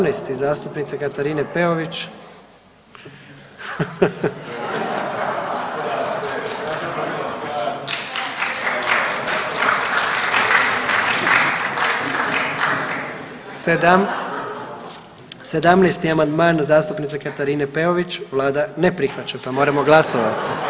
17. zastupnice Katarine Peović …/Smijeh/… … 17. amandman zastupnice Katarine Peović, vlada ne prihvaća, pa moramo glasovati.